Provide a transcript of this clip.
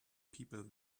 people